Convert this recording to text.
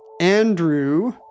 Andrew